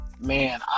Man